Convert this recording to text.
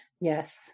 Yes